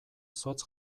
zotz